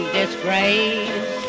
disgrace